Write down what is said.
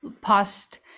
past